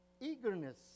eagerness